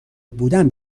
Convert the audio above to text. بودن